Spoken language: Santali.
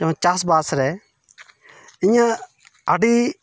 ᱪᱟᱥᱵᱟᱥ ᱨᱮ ᱤᱧᱟᱹᱜ ᱟᱹᱰᱤ